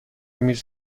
میز